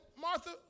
Martha